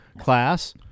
class